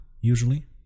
usually